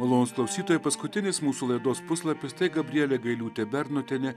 malonūs klausytojai paskutinis mūsų laidos puslapis tai gabrielė gailiūtė bernotienė